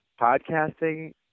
podcasting